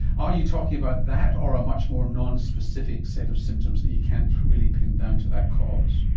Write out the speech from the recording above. are you talking about that or a much more non-specific set of symptoms that you can't really pin down to that cause?